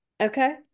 Okay